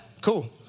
Cool